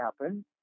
happen